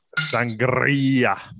Sangria